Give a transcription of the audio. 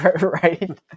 right